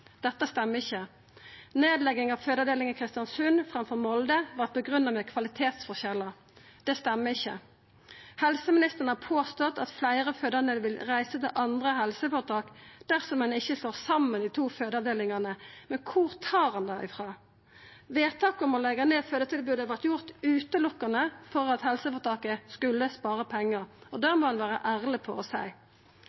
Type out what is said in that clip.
Dette stemmer ikkje. Nedlegging av fødeavdelinga i Kristiansund framfor Molde vart grunngitt med kvalitetsforskjellar. Det stemmer ikkje. Helseministeren har påstått at fleire fødande vil reisa til andre helseføretak dersom ein ikkje slår saman dei to fødeavdelingane, men kvar tar han det frå? Vedtaket om å leggja ned fødetilbodet vart gjort berre for at helseføretaket skulle spara pengar, og